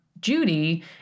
Judy